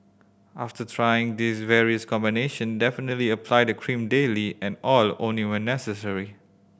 after trying this in various combination definitely apply the cream daily and oil only when necessary